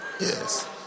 Yes